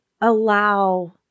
allow